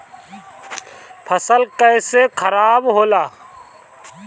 फसल कैसे खाराब होला?